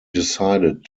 decided